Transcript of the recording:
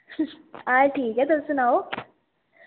हाल ठीक ऐ तुस सनाओ